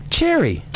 Cherry